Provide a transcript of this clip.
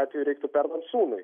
atveju reiktų perduot sūnui